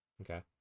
okay